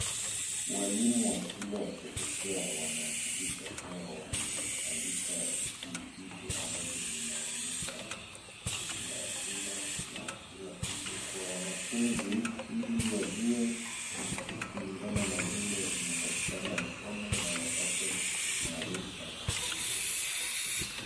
Walimu wa shule ya chekechea wanahakikisha kuwa wameandika vitu ambazo zinaonyesha majina na kila kitu kwa wanafunzi ili wajue kulingana na vile inatakikana wasome na wapate maarifa.